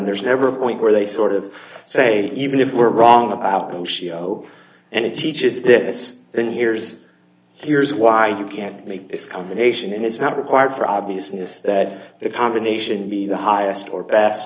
there's never a point where they sort of say even if we're wrong about them show and it teaches this then here's here's why you can't make this combination and it's not required for obviousness that the combination be the highest or best